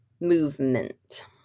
Movement